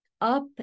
up